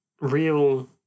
real